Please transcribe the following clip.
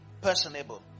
personable